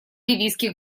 ливийских